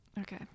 Okay